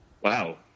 wow